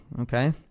okay